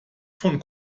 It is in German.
von